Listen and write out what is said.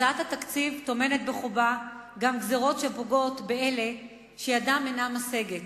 הצעת התקציב טומנת בחובה גם גזירות שפוגעות באלה שידם אינה משגת.